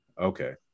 okay